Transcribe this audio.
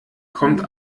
kommt